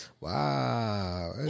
Wow